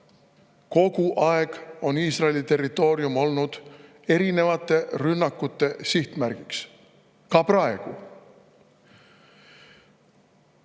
Kogu aeg on Iisraeli territoorium olnud erinevate rünnakute sihtmärgiks. Ta on